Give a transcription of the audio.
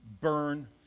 burn